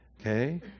okay